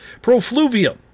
Profluvium